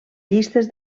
llistes